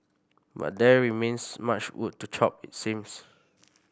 but there remains much wood to chop it seems